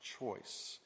choice